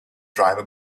driver